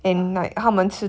what oh